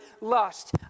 lust